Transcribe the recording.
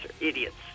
idiots